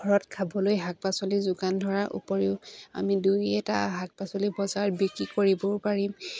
ঘৰত খাবলৈ শাক পাচলি যোগান ধৰাৰ উপৰিও আমি দুই এটা শাক পাচলি বজাৰত বিক্ৰী কৰিবও পাৰিম